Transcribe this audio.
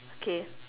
okay